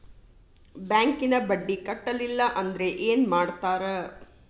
ಬ್ಯಾಂಕಿನ ಬಡ್ಡಿ ಕಟ್ಟಲಿಲ್ಲ ಅಂದ್ರೆ ಏನ್ ಮಾಡ್ತಾರ?